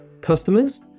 customers